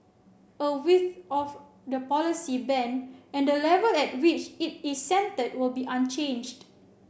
the width of the policy band and the level at which it is centred will be unchanged